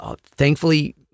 thankfully